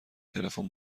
تلفن